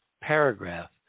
paragraph